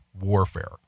warfare